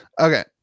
Okay